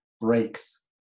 breaks